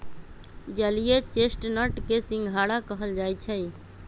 जलीय चेस्टनट के सिंघारा कहल जाई छई